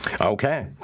Okay